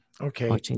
Okay